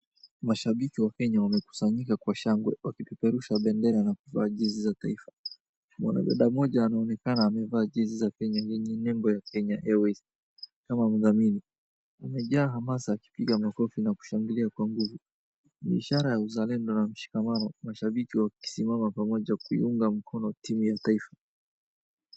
Mashabiki wa Kenya wamekusanyika kwa shangwe wakipeperusha bendera na kuvaa jezi za taifa. Mwanadada mmoja anaonekana amevaa jezi za Kenya zenye nembo ya Kenya Airways kama mdhamini. Hali imejaa hamasa wakipiga makofi na kushangilia kwa nguvu. Ni ishara ya uzalendo na mshikamano, mashabiki wakisimama pamoja kuunga mkono timu ya kitaifa.